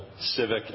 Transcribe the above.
civic